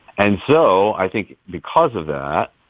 and so i think because of that,